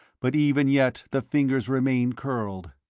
but even yet the fingers remained curled.